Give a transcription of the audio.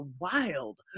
wild